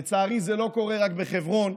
לצערי זה לא קורה רק בחברון.